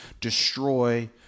destroy